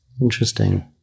Interesting